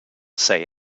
say